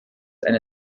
eine